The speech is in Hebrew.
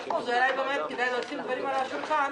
אולי באמת כדאי לשים דברים על השולחן,